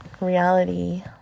reality